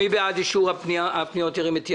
מי בעד אישור הפניות, ירים את ידו.